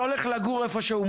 אם אתה הולך לגור במקום כלשהו,